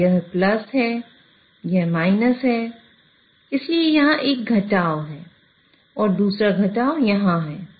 तो यह है और यह है इसलिए यहां एक घटाव है और दूसरा घटाव यहां है